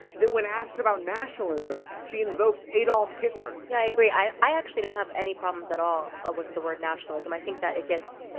that when asked about nationalism, she invokes adolf hitler. owens yeah, i agree. i. i actually don't have any problems at all, ah, with the word nationalism. i think that it gets, ah.